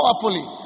powerfully